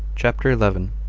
chapter eleven.